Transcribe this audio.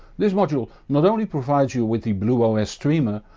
this module not only provides you with the bluos streamer,